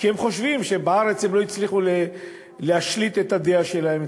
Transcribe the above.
כי הם חושבים שבארץ הם לא הצליחו להשליט את הדעה שלהם,